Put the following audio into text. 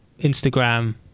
Instagram